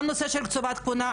גם הנושא של קציבת כהונה,